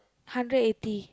hundred eighty